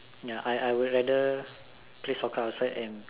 ya I I would rather play soccer outside and